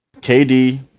KD